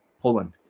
Poland